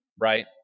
right